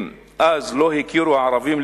אם אז לא הכירו הערבים,